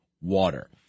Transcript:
water